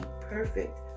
perfect